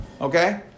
Okay